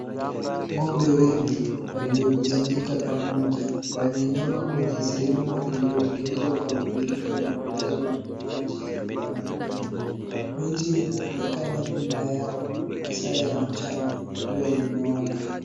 Ng'ombe wengi waliokusanyika pamoja wameinama kwenye sehemu iliyotengenezwa kwa mviringo na kujazwa maji wanakunywa. Miti inaonekana nyuma yao masaa ya mchana jua limewaka.